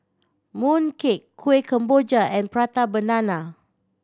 mooncake Kueh Kemboja and Prata Banana